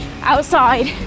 outside